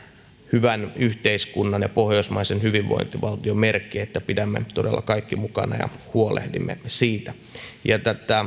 hyvän yhteiskunnan ja pohjoismaisen hyvinvointivaltion merkki että pidämme todella kaikki mukana ja huolehdimme siitä tähän